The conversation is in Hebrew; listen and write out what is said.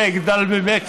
אגדל ממך"